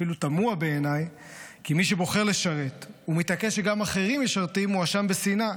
אפילו תמוה בעיניי שמי שבוחר לשרת ומתעקש שגם אחרים ישרתו מואשם בשנאה.